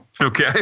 Okay